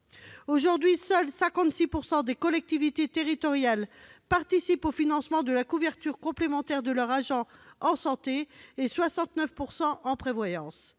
Aujourd'hui, seulement 56 % des collectivités territoriales participent au financement de la couverture complémentaire de leurs agents en santé et 69 % en prévoyance.